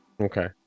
okay